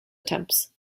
attempts